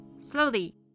Slowly